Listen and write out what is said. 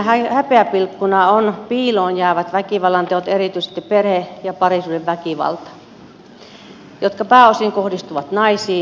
todellisena häpeäpilkkuna on piiloon jäävät väkivallanteot erityisesti perhe ja parisuhdeväkivalta joka pääosin kohdistuu naisiin